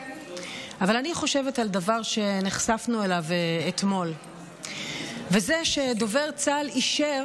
אבל אני חושבת על דבר שנחשפנו אליו אתמול וזה שדובר צה"ל אישר